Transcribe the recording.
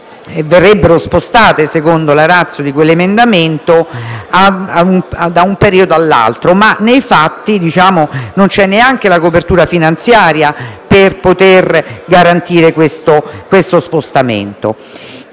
verrebbero spostate, secondo la *ratio* di quell'emendamento, da un periodo all'altro. Ma nei fatti non c'è neanche la copertura finanziaria per poter garantire questo spostamento.